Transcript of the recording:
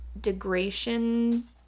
degradation